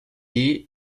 est